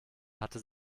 hatte